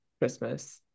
Christmas